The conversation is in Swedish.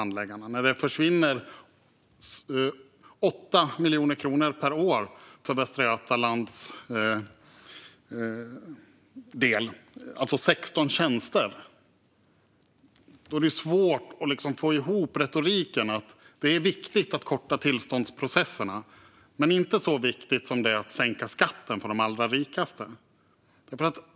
När det försvinner 800 miljoner kronor per år för Västra Götaland, alltså 16 tjänster, blir det svårt att få ihop retoriken. Det är viktigt att korta tillståndsprocesserna, men inte så viktigt som att sänka skatten för de allra rikaste.